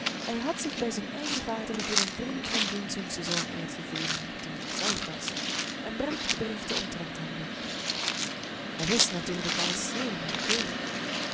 hij had zich bij zijn eigen vader voor een vriend van diens jongsten zoon uitgegeven die hij zelf was en bracht berichten omtrent hem mee hij wist natuurlijk alles zeer nauwkeurig